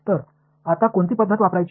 तर आता कोणती पद्धत वापरायची